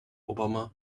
obama